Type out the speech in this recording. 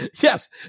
Yes